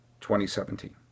2017